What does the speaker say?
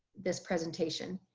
this presentation.